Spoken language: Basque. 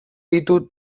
ditu